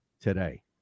today